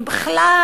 ובכלל,